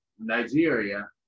Nigeria